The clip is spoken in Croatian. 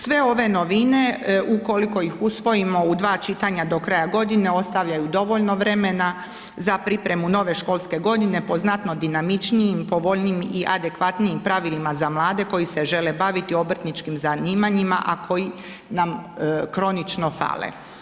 Sve one novine, ukoliko ih usvojimo, u 2 čitanja do kraja godine, ostavljaju dovoljno vremena za pripremu nove školske godine po znatno dinamičnijim, povoljnijim i adekvatnijim pravilima za mlade koji se žele baviti obrtničkim zanimanjima, a koji nam kronično fale.